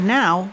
now